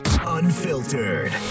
Unfiltered